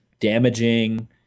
damaging